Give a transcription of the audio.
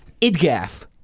Idgaf